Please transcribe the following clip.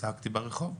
צעקתי ברחוב,